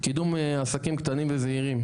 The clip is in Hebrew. קידום עסקים קטנים וזעירים.